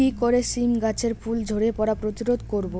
কি করে সীম গাছের ফুল ঝরে পড়া প্রতিরোধ করব?